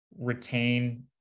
retain